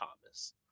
Thomas